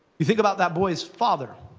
you think about that boy's father.